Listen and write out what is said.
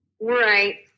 Right